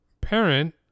parent